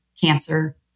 cancer